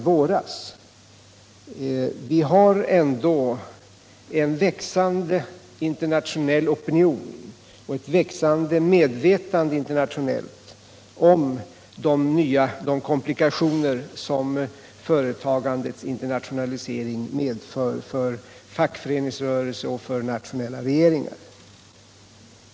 Vi har en växande internationell opinion och ett växande internationellt medvetande om de komplikationer som företagandets internationalisering medför för fackföreningsrörelser och nationella regeringar.